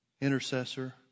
intercessor